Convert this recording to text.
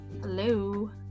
Hello